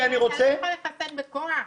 אתה לא יכול לחסן בכוח.